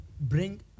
bring